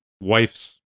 wife's